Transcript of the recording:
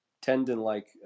tendon-like